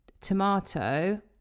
tomato